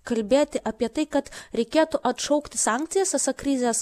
kalbėti apie tai kad reikėtų atšaukti sankcijas esą krizės